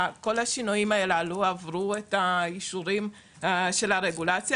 כל השינויים האלה עברו את האישורים של הרגולציה.